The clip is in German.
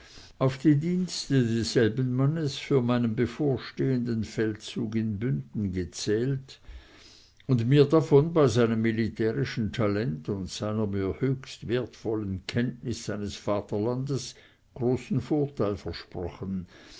auf die dienste desselben mannes für meinen bevorstehenden feldzug in bünden gezählt und mir davon bei seinem militärischen talent und seiner mir höchst wertvollen kenntnis seines vaterlandes großen vorteil versprochen